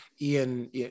ian